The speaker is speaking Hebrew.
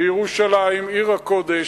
בירושלים עיר הקודש,